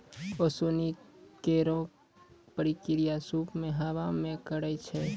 ओसौनी केरो प्रक्रिया सूप सें हवा मे करै छै